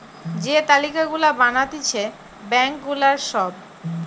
যে তালিকা গুলা বানাতিছে ব্যাঙ্ক গুলার সব